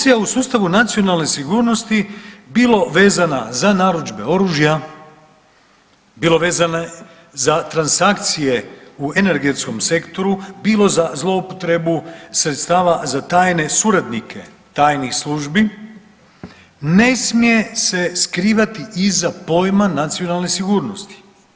Korupcija u sustavu nacionalne sigurnosti bilo vezana za narudžbe oružja, bilo vezano za transakcije u energetskom sektoru, bilo za zloupotrebu sredstava za tajne suradnike tajnih službi ne smije se skrivati iza pojma nacionalne sigurnosti.